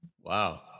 Wow